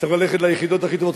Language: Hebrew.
צריך ללכת ליחידות הכי טובות,